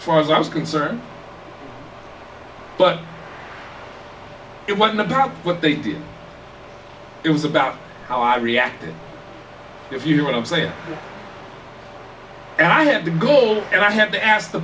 far as i was concerned but it wasn't about what they did it was about how i reacted if you know what i'm saying and i had the goal and i had to ask the